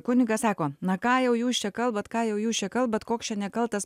kunigas sako na ką jau jūs čia kalbat ką jau jūs čia kalbat koks čia nekaltas